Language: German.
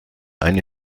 eine